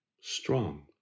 strong